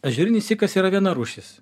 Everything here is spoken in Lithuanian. ežerinis sykas yra viena rūšis